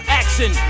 action